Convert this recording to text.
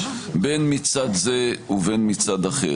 בין מצד זה ובין מצד אחר.